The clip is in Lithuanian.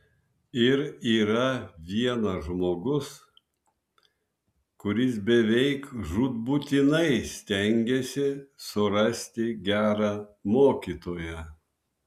ir yra vienas žmogus kuris beveik žūtbūtinai stengiasi surasti gerą mokytoją